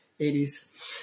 80s